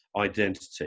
identity